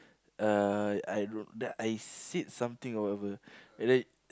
uh I duduk then I sit something or whatever and then